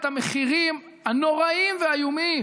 את המחירים הנוראיים והאיומים